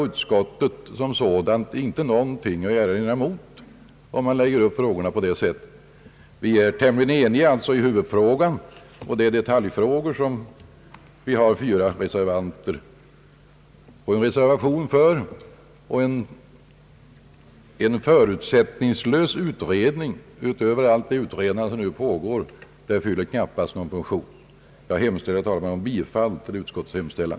Utskottet har inget att erinra mot att man lägger upp frågorna på detta sätt. Vi är ganska eniga beträffande huvudfrågan, och reservationen avser detaljfrågor. En förutsättningslös utredning utöver allt det utredande som redan pågår fyller knappast någon funktion. Herr talman! Jag hemställer om bifall till utskottets hemställan.